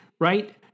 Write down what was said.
right